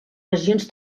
regions